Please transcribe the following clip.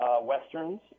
westerns